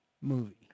movie